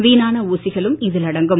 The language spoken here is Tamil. வீணான ஊசிகளும் இதில் அடங்கும்